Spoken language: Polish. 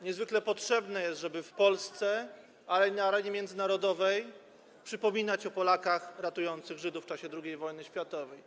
Niezwykle potrzebne jest, żeby w Polsce, ale i na arenie międzynarodowej przypominać o Polakach ratujących Żydów w czasie II wojny światowej.